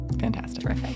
Fantastic